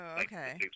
okay